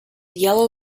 yellow